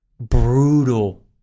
brutal